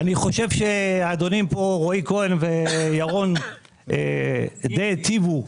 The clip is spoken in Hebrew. אני חושב שהאדונים רועי כהן וירון די היטיבו.